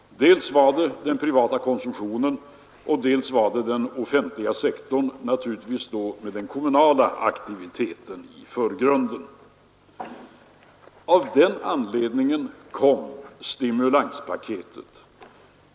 Dels var det den privata konsumtionen, dels var det den offentliga sektorn — naturligtvis då med den kommunala aktiviteten i förgrunden. Av den anledningen kom stimulanspaketet.